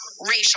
racial